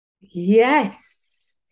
Yes